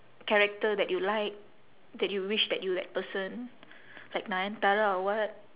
character that you like that you wished that you that person like nayanthara or what